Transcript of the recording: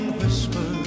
whisper